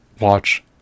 watch